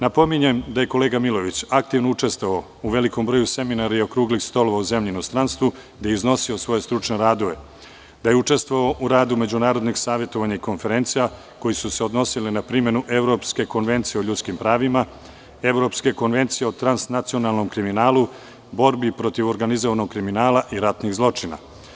Napominjem da je kolega Milojević aktivno učestvovao u velikom broju seminara i okruglih stolova u zemlji i inostranstvu, da je iznosio svoje stručne radove, da je učestvovao u radu međunarodnih saveta, ujedno i konferencija koje su se odnosile na primenu Evropske konvencije o ljudskim pravima, Evropske konvencije o transnacionalnom kriminalu, borbi protiv organizovanog kriminala i ratnih zločina.